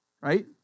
Right